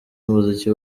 umuziki